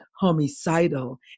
homicidal